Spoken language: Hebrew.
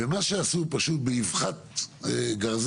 ומה שעשו פשוט באבחת גרזן,